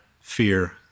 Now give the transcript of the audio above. fear